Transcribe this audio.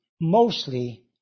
mostly